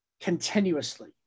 continuously